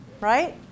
right